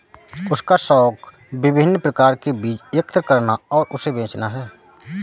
उसका शौक विभिन्न प्रकार के बीज एकत्र करना और उसे बचाना है